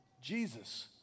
Jesus